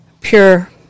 pure